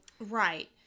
right